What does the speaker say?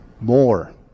more